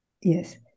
yes